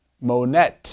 monet